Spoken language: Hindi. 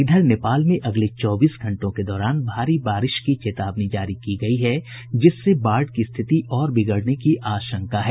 इधर नेपाल में अगले चौबीस घंटों के दौरान भारी बारिश की चेतावनी जारी की गयी है जिससे बाढ़ की स्थिति और बिगड़ने की आशंका है